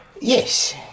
Yes